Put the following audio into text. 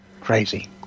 Crazy